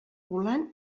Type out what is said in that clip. volant